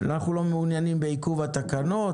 עבודה מקצועית ברוח הבקשות של הוועדה בדיון הקודם.